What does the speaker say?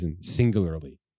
singularly